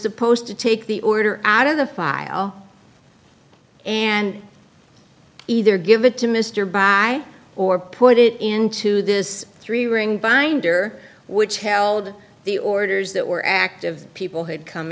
supposed to take the order out of the file and either give it to mr buy or put it into this three ring binder which held the orders that were active people had come